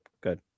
good